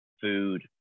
food